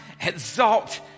exalt